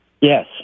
Yes